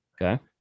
Okay